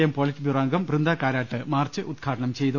M polit bureau അംഗം Brinda Karat march ഉദ്ഘാ ടനം ചെയ്തു